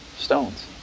stones